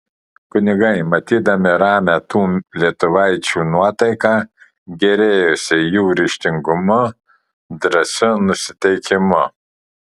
kunigai matydami ramią tų lietuvaičių nuotaiką gėrėjosi jų ryžtingumu drąsiu nusiteikimu